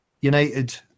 United